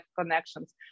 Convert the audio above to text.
connections